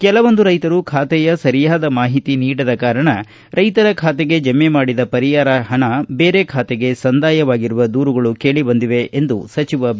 ಕೆಲವೊಂದು ರೈತರು ಖಾತೆಯ ಸರಿಯಾದ ಮಾಹಿತಿ ನೀಡದ ಕಾರಣ ಅವರ ಖಾತೆಗೆ ಜಮೆ ಮಾಡಿದ ಪರಿಹಾರ ಹಣ ಬೇರೆ ಖಾತೆಗೆ ಸಂದಾಯವಾಗಿರುವ ದೂರುಗಳು ಕೇಳಿಬಂದಿವೆ ಎಂದು ಸಚಿವ ಬಿ